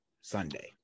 Sunday